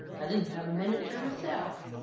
i didn't have a minute ter myself.